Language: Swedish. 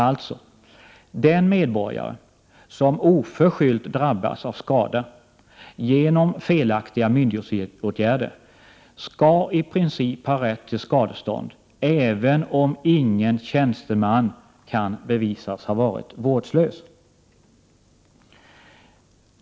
Alltså: den medborgare som oförskyllt drabbats av skada genom felaktiga myndighetsåtgärder skall i princip ha rätt till skadestånd även om ingen tjänsteman kan bevisas ha varit vårdslös.